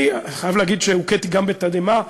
אני חייב להגיד שהוכיתי גם בתדהמה,